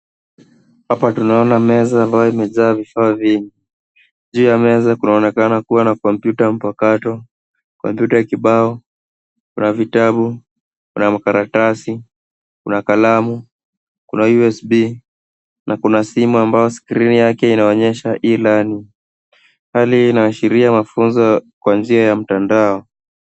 Hapa tunaona meza ambayo imejaa vifaa vingi. Juu ya meza kunaonekana kuwa na kompyuta mpakato, kompyuta kibao na vitabu na makaratasi, kuna kalamu, kuna USB na kuna simu ambayo skrini yake inaonyesha e-learning . Hali hii inaashiria mafunzo kwa njia ya mtandao.